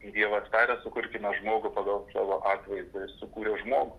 dievas tarė sukurkime žmogų pagal savo atvaizdą ir sukūrė žmogų